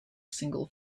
single